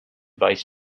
vice